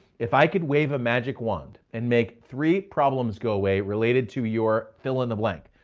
if i could wave a magic wand and make three problems go away related to your, fill in the blank,